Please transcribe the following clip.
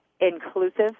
inclusive